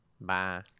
Bye